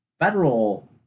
Federal